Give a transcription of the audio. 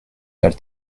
elle